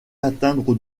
atteindre